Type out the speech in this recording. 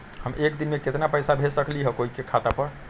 हम एक दिन में केतना पैसा भेज सकली ह कोई के खाता पर?